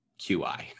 QI